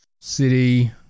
City